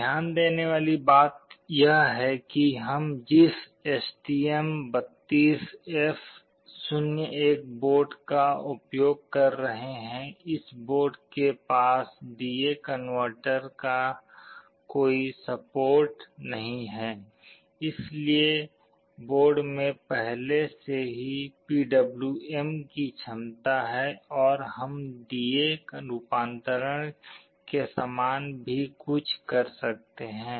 ध्यान देने वाली बात यह है कि हम जिस STM32F01 बोर्ड का उपयोग कर रहे हैं इस बोर्ड के पास डी ए कनवर्टर का कोई सपोर्ट नहीं है लेकिन बोर्ड में पहले से ही पीडब्ल्यूएम की क्षमता है और हम डी ए रूपांतरण के समान भी कुछ कर सकते हैं